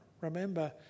Remember